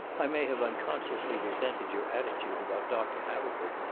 i may have unconsciously resented your attitude about doctor haverford.